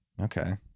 Okay